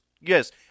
Yes